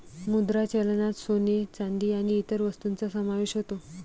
मुद्रा चलनात सोने, चांदी आणि इतर वस्तूंचा समावेश होतो